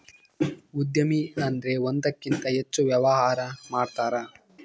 ಉದ್ಯಮಿ ಅಂದ್ರೆ ಒಂದಕ್ಕಿಂತ ಹೆಚ್ಚು ವ್ಯವಹಾರ ಮಾಡ್ತಾರ